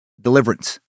Deliverance